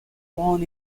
born